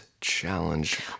Challenge